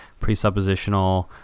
presuppositional